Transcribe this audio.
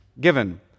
given